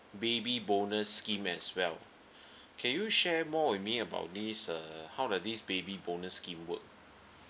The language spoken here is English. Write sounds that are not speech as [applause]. baby bonus scheme as well [breath] can you share more with me about this uh how does this baby bonus scheme work